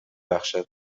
بخشد